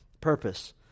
purpose